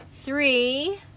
Three